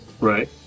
right